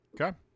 Okay